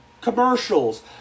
commercials